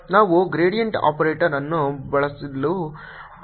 ನಾವು gradient operator ಅನ್ನು ಬಳಸಲು ಬಯಸುತ್ತೇವೆ